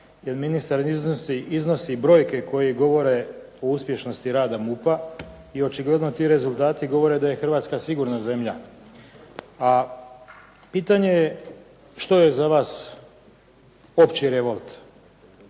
ministar iznosi brojke koje govore o uspješnosti rada MUP-a i očigledno ti rezultati govore da je Hrvatska sigurna zemlja, a pitanje je što je za vas opći revolt?